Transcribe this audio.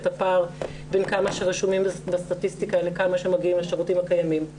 את הפער בין כמה שרשומים בסטטיסטיקה לכמה שמגיעים לשירותים הקיימים.